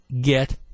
get